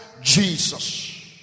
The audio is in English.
Jesus